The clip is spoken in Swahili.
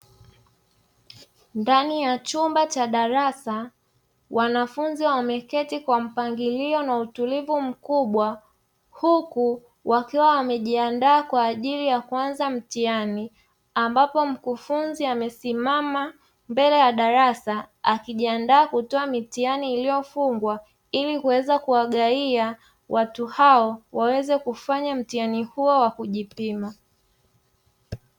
Ndani ya chumba cha darasa, wanafunzi wameketi kwa mpangilio na utulivu mkubwa, huku wakiwa wamejiandaa kwa ajili ya kuanza mtihani, ambapo mkufunzi amesimama mbele ya darasa akijiandaa kutoa mitihani iliyofungwa, ili kuweza kuwagawia watu hao waweze kufanya mtihani huo wa kujipima.